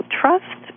trust